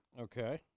Okay